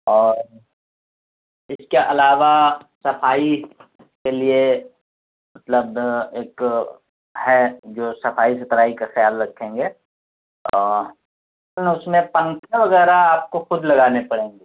اور اس کے علاوہ صفائی کے لیے مطلب ایک ہے جو صفائی ستھرائی کا خیال رکھیں گے لیکن اس میں پنکھے وغیرہ آپ کو خود لگانے پڑیں گے